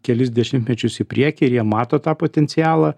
kelis dešimtmečius į priekį ir jie mato tą potencialą